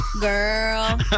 Girl